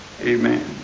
Amen